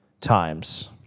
times